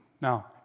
Now